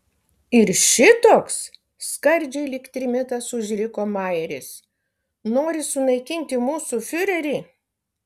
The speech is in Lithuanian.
ir šitoks skardžiai lyg trimitas užriko majeris nori sunaikinti mūsų fiurerį